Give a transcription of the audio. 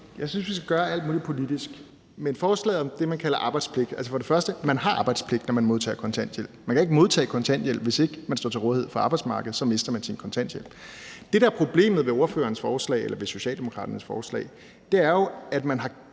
Jeg synes, vi skal gøre alt muligt politisk. Men til forslaget om det, man kalder arbejdspligt, vil jeg sige, at for det første har man arbejdspligt, når man modtager kontanthjælp. Man kan ikke modtage kontanthjælp, hvis ikke man står til rådighed for arbejdsmarkedet, og så mister man sin kontanthjælp. Det, der er problemet ved Socialdemokraternes forslag, er, at man snakker